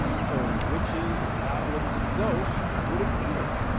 so witches, and goblins, and ghosts would appear.